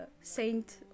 Saint